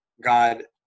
God